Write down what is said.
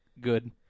Good